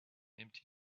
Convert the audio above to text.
empty